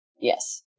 Yes